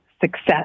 success